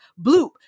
bloop